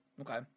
Okay